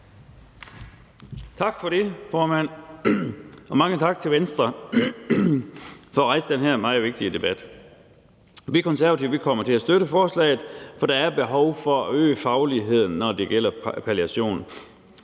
Tak for det, formand. Og mange tak til Venstre for at rejse den her meget vigtige debat. Vi Konservative kommer til at støtte forslaget, for der er behov for at øge fagligheden, når det gælder palliation.